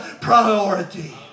priority